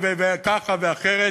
וככה ואחרת,